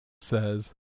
says